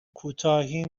کوتاهی